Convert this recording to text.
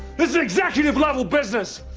this is executive-level business!